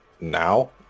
now